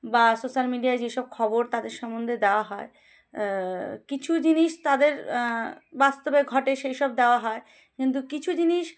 বা সোশ্যাল মিডিয়ায় যেসব খবর তাদের সম্বন্ধে দেওয়া হয় কিছু জিনিস তাদের বাস্তবে ঘটে সেই সব দেওয়া হয় কিন্তু কিছু জিনিস